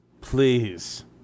please